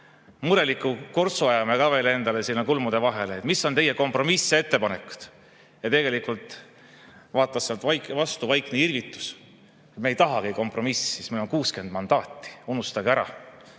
mureliku kortsu ajame ka veel endale kulmude vahele: mis on teie kompromissettepanekud? Ja tegelikult vaatas sealt vastu vaikne irvitus. Me ei tahagi kompromissi, sest meil on 60 mandaati. Unustage ära!